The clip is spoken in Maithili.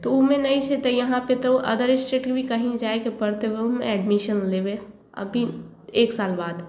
तऽ ओहिमे नहि छै तऽ यहाँपर तऽ ओ अदर एस्टेटके भी कहीँ जाइके पड़तै ओहूमे एडमिशन लेबै अभी एक साल बाद